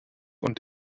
und